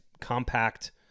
compact